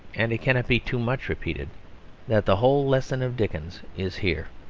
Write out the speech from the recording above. and it cannot be too much repeated that the whole lesson of dickens is here.